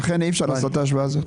לכן אי אפשר לעשות את ההשוואה הזאת.